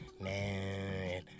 Man